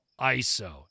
ISO